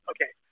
Okay